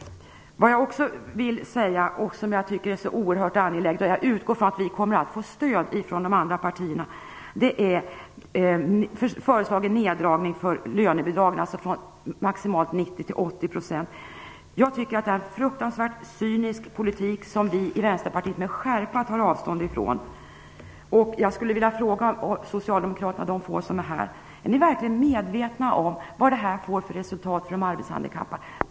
Vad jag också tycker är oerhört angeläget - jag utgår från att vi kommer att få stöd från de andra partierna - gäller förslagen om neddragning av lönebidragen från maximalt 90 % till 80 %. Det är en fruktansvärt cynisk politik som vi i Vänsterpartiet med skärpa tar avstånd ifrån. Jag skulle vilja fråga de få socialdemokrater som är kvar här: Är ni verkligen medvetna om vad det här får för resultat för de arbetshandikappade?